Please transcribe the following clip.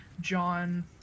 John